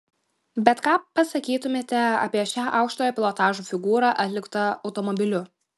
bet ką pasakytumėte apie šią aukštojo pilotažo figūrą atliktą automobiliu